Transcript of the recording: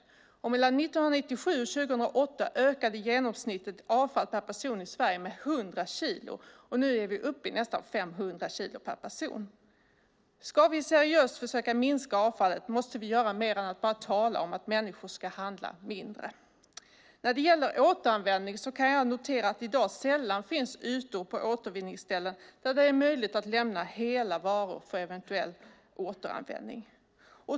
Mellan 1997 och 2008 ökade genomsnittet avfall per person i Sverige med 100 kilo. Nu är vi uppe i nästan 500 kilo per person. Om vi seriöst ska försöka minska avfallet måste vi göra mer än att bara tala om att människor ska handla mindre. När det gäller återanvändning kan jag notera att det i dag sällan finns ytor på återvinningsställen där det är möjligt att lämna hela varor för eventuell återanvändning.